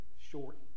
short